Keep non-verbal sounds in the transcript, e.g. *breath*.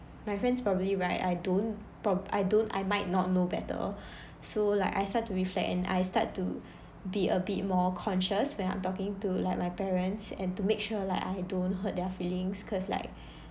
my friend's probably right I don't prob~ I don't I might not know better *breath* so like I start to reflect and I start to be a bit more conscious when I'm talking to like my parents and to make sure like I don't hurt their feelings cause like